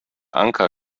anker